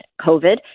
COVID